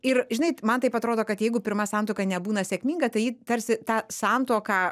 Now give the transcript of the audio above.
ir žinai man taip atrodo kad jeigu pirma santuoka nebūna sėkminga tai ji tarsi tą santuoką